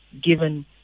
given